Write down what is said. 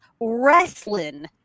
wrestling